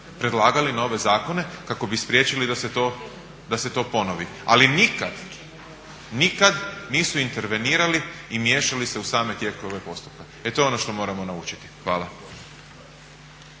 predlagali nove zakone kako bi spriječili da se to ponovi. Ali nikad, nikad nisu intervenirali i miješali se u same tijekove postupka. E to je ono što moramo naučiti. Hvala.